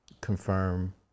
confirm